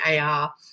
AR